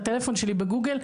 הטלפון שלי בגוגל.